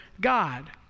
God